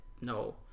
no